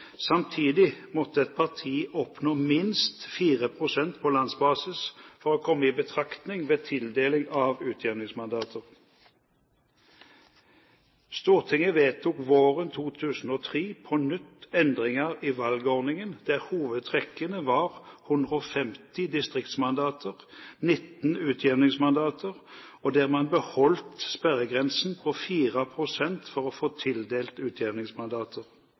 Samtidig måtte et parti oppnå minst 4 pst. på landsbasis for å komme i betraktning ved tildeling av utjevningsmandater. Stortinget vedtok våren 2003 på nytt endringer i valgordningen, der hovedtrekkene var 150 distriktsmandater og 19 utjevningsmandater, og der man beholdt sperregrensen på 4 pst. for å få tildelt utjevningsmandater.